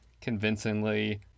convincingly